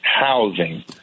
housing